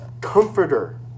comforter